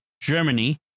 Germany